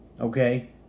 Okay